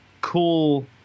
cool